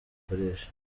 ukoresha